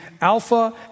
Alpha